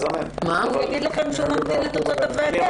הרמטכ"ל יגיד לכם שהוא ממתין לתוצאות הוועדה.